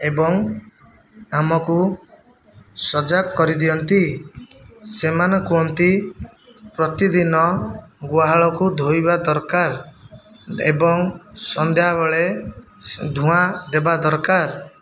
ଏବଂ ଆମକୁ ସଜାଗ କରିଦିଅନ୍ତି ସେମାନେ କହନ୍ତି ପ୍ରତିଦିନ ଗୁହାଳକୁ ଧୋଇବା ଦରକାର ଏବଂ ସନ୍ଧ୍ୟାବେଳେ ଧୂଆଁ ଦେବା ଦରକାର